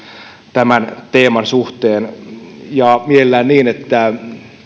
tämän teeman suhteen ja mielellään niin että